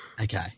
Okay